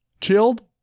Chilled